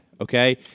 Okay